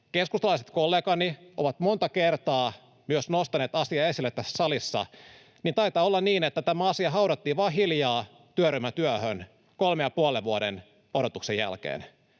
keskustalaiset kollegani ovat monta kertaa myös nostaneet asiaa esille tässä salissa, niin taitaa olla niin, että tämä asia haudattiin vain hiljaa työryhmätyöhön kolmen ja puolen vuoden odotuksen jälkeen.